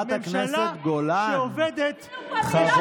ממשלה שעובדת, תתבייש לך.